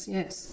yes